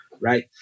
right